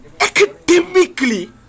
academically